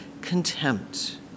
contempt